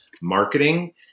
marketing